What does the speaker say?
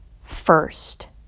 first